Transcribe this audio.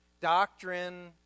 doctrine